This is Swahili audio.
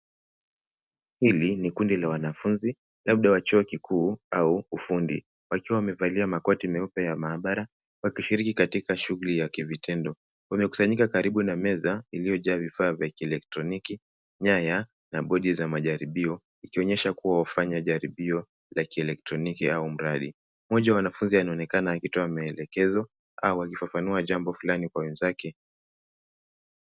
Hili ni kundi la wanafunzi labda wa chuo kikuu au ufundi, wakiwa wamevalia makoti meupe ya maabara wakishiriki katika shughuli ya kivitendo. Wamekusanyika karibu na meza iliyo jaa vifaa vya kielektroniki, nyaya na bodi za majaribio ikionyesha kuwa wafanya jaribio la kielektroniki au mradi. Mmoja wa wanafunzi anaonekana akitoa maelekezo au akifafanua jambo fulani kwa wenzake.